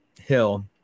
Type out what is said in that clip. Hill